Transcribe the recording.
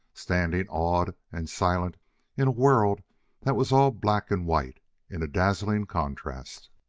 standing awed and silent in a world that was all black and white in a dazzling contrast,